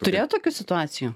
turėti tokių situacijų